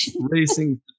racing